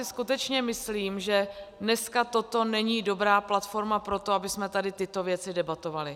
Skutečně si myslím, že dneska toto není dobrá platforma pro to, abychom tady tyto věci debatovali.